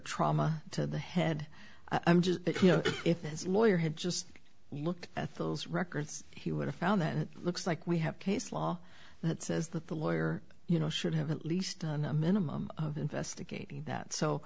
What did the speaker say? trauma to the head i'm just you know if his lawyer had just looked at those records he would have found that it looks like we have case law that says that the lawyer you know should have at least done a minimum of investigating that so